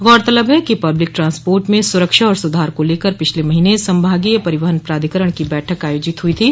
गौरतलब कि public transport में सुरक्षा और सुधार को लेकर पिछले महीने संभागीय परिवहन प्राधिकरण की बैठक आयोजित हई थी